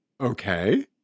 Okay